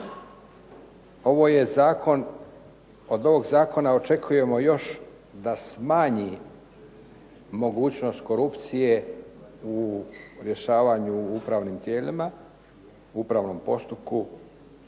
od ovog zakona očekujemo još da smanji mogućnost korupcije u rješavanju u upravnim tijelima u upravnom postupku